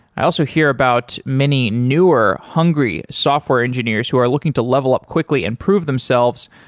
i also hear about many newer, hungry software engineers who are looking to level up quickly and prove themselves